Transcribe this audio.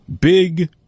big